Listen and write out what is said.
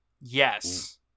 Yes